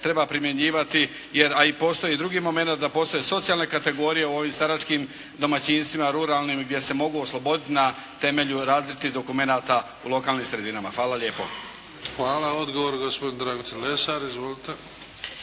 treba primjenjivati, jer a i postoji drugi momenat da postoje socijalne kategorije u ovim staračkim domaćinstvima, ruralnim gdje se mogu osloboditi na temelju različitih dokumenata u lokalnim sredinama. Hvala lijepo. **Bebić, Luka (HDZ)** Hvala. Odgovor, gospodin Dragutin Lesar. Izvolite.